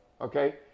Okay